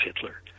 Hitler